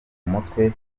umutwe